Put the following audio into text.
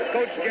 Coach